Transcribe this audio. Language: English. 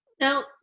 Now